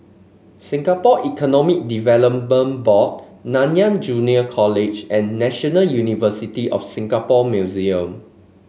Singapore Economic Development Board Nanyang Junior College and National University of Singapore Museum